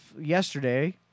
yesterday